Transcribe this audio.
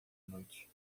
noite